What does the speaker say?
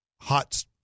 hot